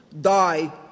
die